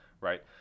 right